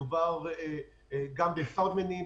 מדובר גם בסאונדמנים,